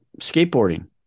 skateboarding